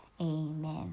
amen